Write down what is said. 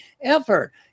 effort